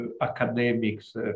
academics